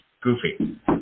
Goofy